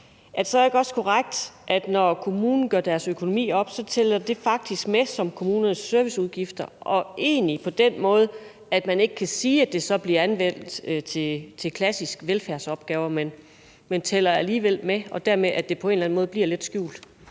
Er det så ikke også korrekt, at det, når kommunen gør sin økonomi op, så faktisk tæller med som kommunernes serviceudgifter, og at man så egentlig på den måde ikke kan sige, at det bliver anvendt til klassiske velfærdsopgaver, men at det alligevel tæller med, og at det dermed på en eller anden måde bliver lidt skjult?